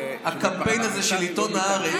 הקמפיין הזה של עיתון הארץ,